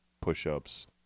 push-ups